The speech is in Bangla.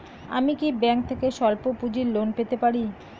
আমি কি ব্যাংক থেকে স্বল্প পুঁজির লোন পেতে পারি?